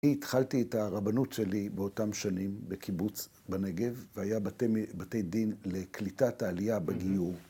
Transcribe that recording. אני התחלתי את הרבנות שלי באותם שנים בקיבוץ בנגב, והיה בתי דין לקליטת העלייה בגיור.